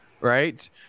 Right